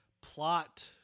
plot